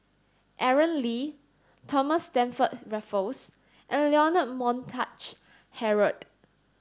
Aaron Lee Thomas Stamford Raffles and Leonard Montague Harrod